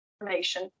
information